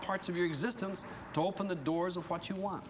parts of your existence on the doors of what you want